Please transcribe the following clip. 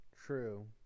true